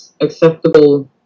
acceptable